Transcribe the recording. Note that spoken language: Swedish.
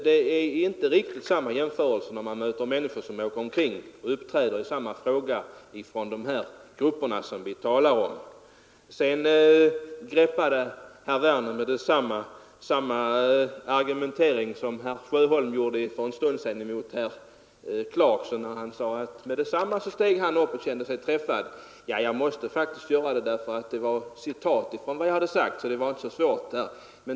Det kan inte riktigt jämföras med att det är samma människor man möter från de här grupperna som reser omkring och uppträder i dessa frågor. Sedan tillgrep herr Werner samma argumentering som herr Sjöholm använde för en stund sedan mot herr Clarkson. Herr Sjöholm sade då att herr Clarkson genast kände sig träffad och steg upp. Jag måste faktiskt göra det, för herr Werner nämnde ett citat från vad jag sagt.